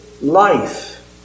life